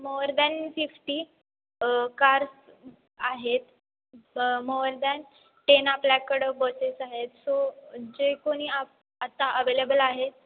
mower than fifty cars आहेत more than ten आपल्याकडं buses आहेत सो जे कोणी आप आत्ता अवेलेबल आहे